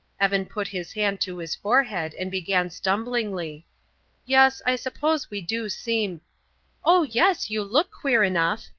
evan put his hand to his forehead and began stumblingly yes, i suppose we do seem oh, yes, you look queer enough,